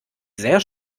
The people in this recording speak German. sehr